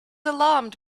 alarmed